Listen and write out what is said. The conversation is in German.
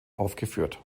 aufgeführt